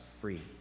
free